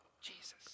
Jesus